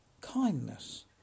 kindness